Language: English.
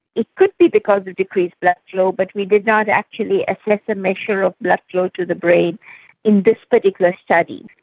it could be because of decreased blood flow, but we did not actually assess a measure of blood flow to the brain in this particular study.